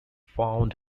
found